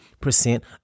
percent